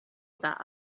about